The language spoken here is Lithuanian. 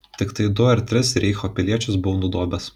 tiktai du ar tris reicho piliečius buvo nudobęs